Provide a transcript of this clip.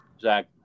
Zach